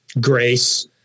Grace